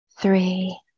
three